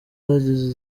zagize